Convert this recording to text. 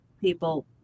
people